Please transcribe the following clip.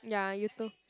ya you too